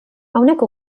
hawnhekk